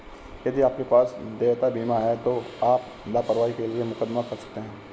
यदि आपके पास देयता बीमा है तो आप लापरवाही के लिए मुकदमा कर सकते हैं